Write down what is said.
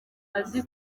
azi